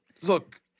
Look